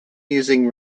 using